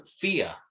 Fear